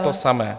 ... to samé.